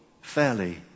fairly